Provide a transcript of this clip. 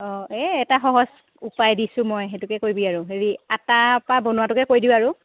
অঁ এই এটা সহজ উপায় দিছোঁ মই সেইটোকে কৰিবি আৰু হেৰি আটাৰপৰা বনোৱাটোকে কৈ দিওঁ আৰু